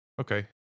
okay